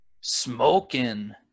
smoking